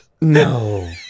No